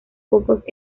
pocos